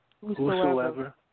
Whosoever